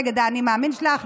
נגד האני מאמין שלך,